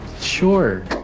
sure